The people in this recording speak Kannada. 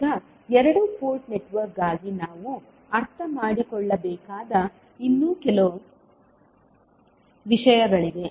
ಈಗ ಎರಡು ಪೋರ್ಟ್ ನೆಟ್ವರ್ಕ್ಗಾಗಿ ನಾವು ಅರ್ಥಮಾಡಿಕೊಳ್ಳಬೇಕಾದ ಇನ್ನೂ ಕೆಲವು ವಿಷಯಗಳಿವೆ